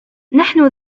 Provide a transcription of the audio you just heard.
نحن